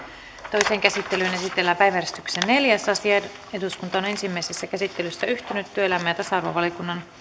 toiseen käsittelyyn esitellään päiväjärjestyksen neljäs asia eduskunta on ensimmäisessä käsittelyssä yhtynyt työelämä ja tasa arvovaliokunnan